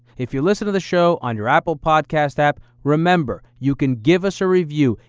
if you listen to the show on your apple podcast app, remember you can give us a review.